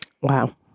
Wow